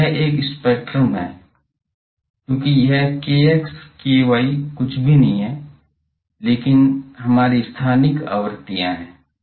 तो यह एक स्पेक्ट्रम है क्योंकि यह kx ky कुछ भी नहीं है लेकिन हमारी स्थानिक आवृत्तियां हैं